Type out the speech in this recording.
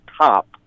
top